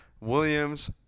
Williams